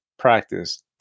practice